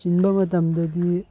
ꯆꯤꯟꯕ ꯃꯇꯝꯗꯗꯤ